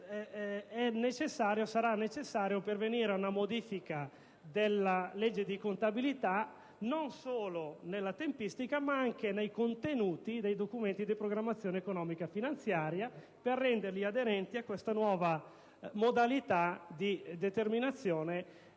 sarà necessario pervenire ad una modifica della legge di contabilità, non solo nella tempistica, ma anche nei contenuti dei documenti di programmazione economico-finanziaria, per renderli aderenti a questa nuova modalità di determinazione dei